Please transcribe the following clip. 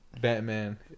Batman